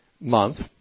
month